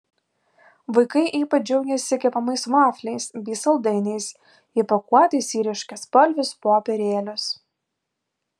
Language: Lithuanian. vaikai ypač džiaugėsi kepamais vafliais bei saldainiais įpakuotais į ryškiaspalvius popierėlius